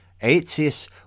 Aetius